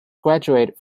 graduated